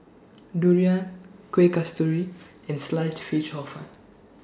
Durian Kuih Kasturi and Sliced Fish Hor Fun